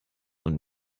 und